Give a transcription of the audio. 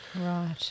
Right